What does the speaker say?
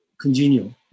congenial